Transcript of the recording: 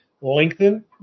lengthen